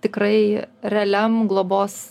tikrai realiam globos